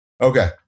Okay